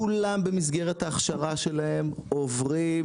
כולם במסגרת ההכשרה שלהם עוברים